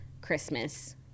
Christmas